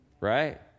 right